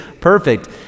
perfect